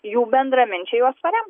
jų bendraminčiai juos parems